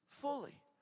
fully